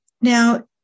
Now